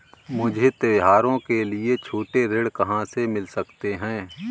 मुझे त्योहारों के लिए छोटे ऋण कहाँ से मिल सकते हैं?